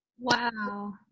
Wow